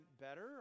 better